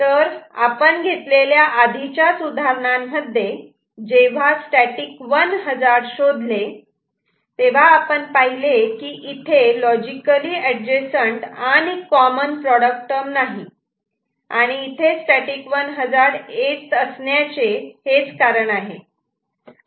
तर आपण घेतलेल्या आधीच्याच उदाहरणांमध्ये जेव्हा स्टॅटिक 1 हजार्ड शोधले आपण पाहिले की इथे लॉजिकली एडजसंट आणि कॉमन प्रॉडक्ट टर्म नाही आणि इथे स्टॅटिक 1 हजार्ड येत असण्याचे हेच कारण आहे